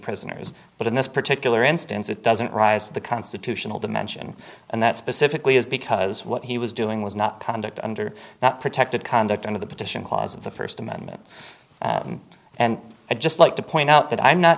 prisoners but in this particular instance it doesn't rise to the constitutional dimension and that specifically is because what he was doing was not conduct under that protected conduct under the petition clause of the first amendment and i'd just like to point out that i'm not